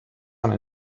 olen